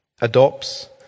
adopts